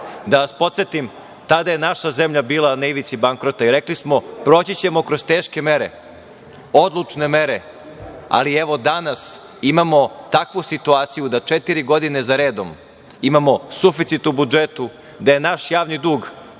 vas podsetim, tada je naša zemlja bila na ivici bankrota i rekli smo, proći ćemo kroz teške mere, odlučne mere, ali evo danas imamo takvu situaciju da četiri godine za redom imamo suficit u budžetu, da je naš javni dug